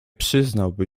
przyznałaby